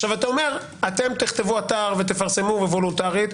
אתה אוצר אתם תכתבו אתר ותפרסמו וולונטרית,